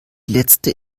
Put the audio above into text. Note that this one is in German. letzte